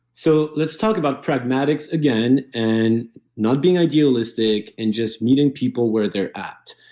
so let's talk about pragmatics again, and not being idealistic and just meeting people where they're at.